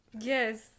Yes